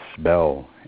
spell